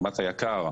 ברמת היק"ר.